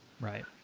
Right